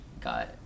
got